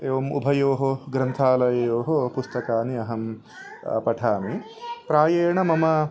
एवम् उभयोः ग्रन्थालयोः पुस्तकानि अहं पठामि प्रायेण मम